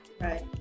right